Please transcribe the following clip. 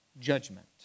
judgment